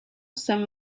some